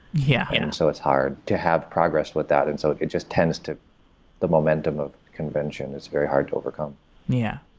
yeah and and so it's hard to have progress with that. and so it just tends to the momentum of convention is very hard to overcome yeah.